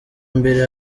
mbere